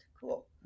Cool